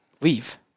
leave